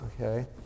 Okay